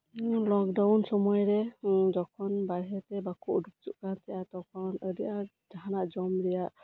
ᱱᱤᱭᱟᱹ ᱞᱚᱠᱰᱟᱣᱩᱱ ᱥᱚᱢᱚᱭ ᱨᱮ ᱡᱚᱠᱷᱚᱱ ᱵᱟᱨᱦᱮᱛᱮ ᱵᱟᱠᱚ ᱩᱰᱩᱠ ᱦᱚᱪᱚᱣᱟᱜ ᱠᱟᱱ ᱛᱟᱦᱮᱸᱱᱟ ᱛᱚᱠᱷᱚᱱ ᱟᱹᱰᱤ ᱟᱸᱴ ᱡᱟᱦᱟᱸᱱᱟᱜ ᱡᱚᱢᱨᱮᱭᱟᱜ